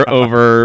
over